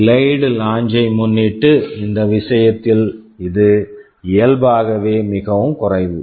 delayed launch delayed launch ஐ முன்னிட்டு இந்த விஷயத்தில் இது இயல்பாகவே மிகக் குறைவு